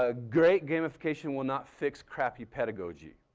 ah great gamification will not fix crappy pedagogy.